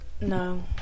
no